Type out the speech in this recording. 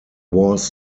was